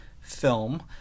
film